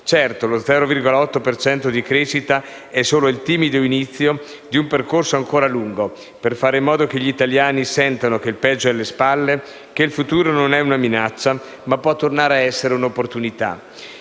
Certo, lo 0,8 per cento di crescita è solo il timido inizio di un percorso ancora lungo per fare in modo che gli italiani sentano che il peggio è alle spalle, che il futuro non è una minaccia ma può tornare ad essere un'opportunità.